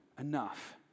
enough